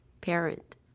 parent